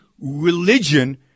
religion